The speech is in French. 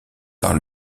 par